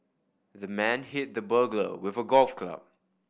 the man hit the burglar with a golf club